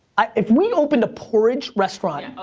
if we opened a porridge restaurant